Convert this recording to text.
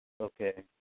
Okay